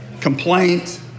complaint